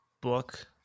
book